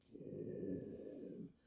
again